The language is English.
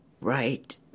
right